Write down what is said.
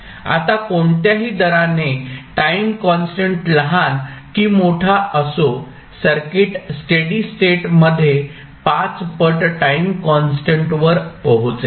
आता कोणत्याही दराने टाईम कॉन्स्टंट लहान की मोठा असो सर्किट स्टेडी स्टेट मध्ये 5 पट टाईम कॉन्स्टंटवर पोहोचेल